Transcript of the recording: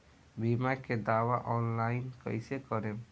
बीमा के दावा ऑनलाइन कैसे करेम?